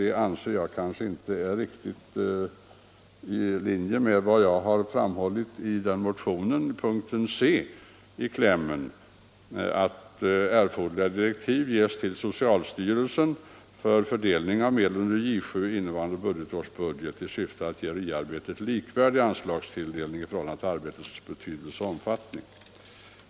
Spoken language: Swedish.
Det är inte riktigt i linje med vad jag har yrkat vid punkten C i motionsklämmen, nämligen att erforderliga direktiv ges till socialstyrelsen för fördelning av medel under J 7 i innevarande budgetårs budget, 1974/75, i syfte att ge RIA arbetet en likvärdig anslagstilldelning i förhållande till arbetets omfattning och betydelse.